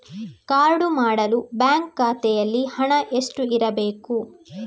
Card ಮಾಡಲು bank ಖಾತೆಯಲ್ಲಿ ಹಣ ಎಷ್ಟು ಇರಬೇಕು?